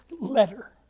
letter